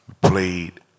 played